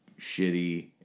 shitty